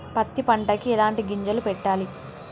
పత్తి పంటకి ఎలాంటి గింజలు పెట్టాలి?